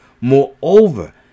Moreover